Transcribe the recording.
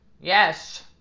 Yes